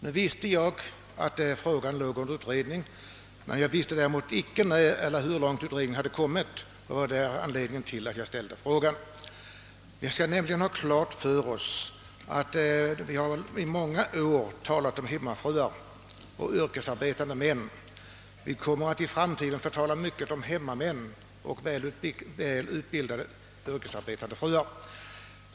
Jag visste att frågan låg under utredning men däremot icke hur långt denna utredning hade nått, och det var anledningen till att jag ställde min fråga. Vi har i många år talat om hemmafruar och yrkesarbetande män, men vi skall ha klart för oss att vi i framtiden kommer att få tala åtskilligt om hemmamän och väl utbildade, yrkesarbetande fruar.